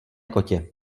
kotě